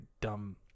dumb